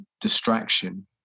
distraction